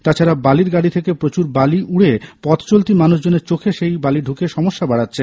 তাছাড়া বালির গাড়ি থেকে প্রচুর বালি উড়ে পথচলতি মানুষজনের চোখে সেই বালি ঢুকে সমস্যা বাড়াচ্ছে